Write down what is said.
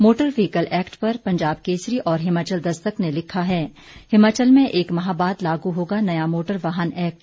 motor vehicle act पर पंजाब केसरी और हिमाचल दस्तक ने लिखा हैं हिमाचल में एक माह बाद लागू होगा नया मोटर वाहन एक्ट